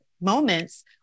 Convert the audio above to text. moments